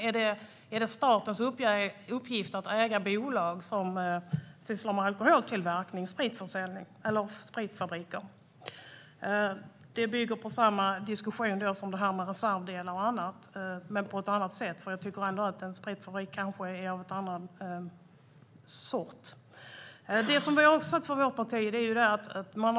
Är det statens uppgift att äga bolag som sysslar med alkoholtillverkning, spritfabriker? Det är i grunden samma diskussion som den om reservdelar men ändå inte eftersom jag tycker att en spritfabrik är en sak för sig.